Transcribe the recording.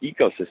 ecosystem